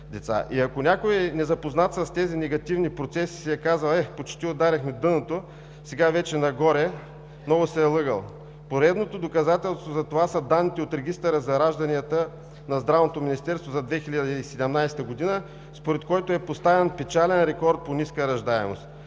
И ако някой, незапознат с тези негативни процеси, си е казал: „Е, почти ударихме дъното, сега вече нагоре!“, много се е лъгал. Поредното доказателство за това са данните от Регистъра за ражданията на Здравното министерство за 2017 г., според който е поставен печален рекорд по ниска раждаемост.